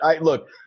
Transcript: Look